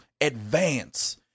advance